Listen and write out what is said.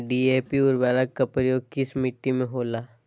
DAP उर्वरक का प्रयोग किस मिट्टी में होला?